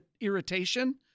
irritation